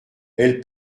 elle